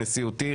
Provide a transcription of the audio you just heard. נשיאותי,